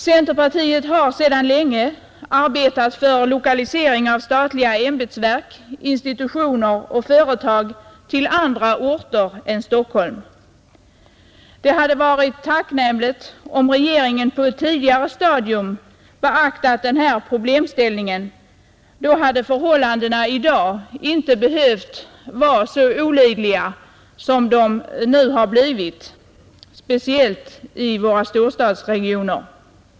Centerpartiet har sedan länge arbetat för lokalisering av statliga ämbetsverk, institutioner och företag till andra orter än Stockholm. Det hade varit tacknämligt, om regeringen på ett tidigare stadium beaktat den här problemställningen. Då hade förhållandena i dag inte behövt vara så olidliga som de nu har blivit, speciellt i våra storstadsregioner.